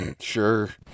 sure